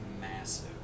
massive